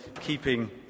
keeping